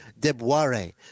Deboire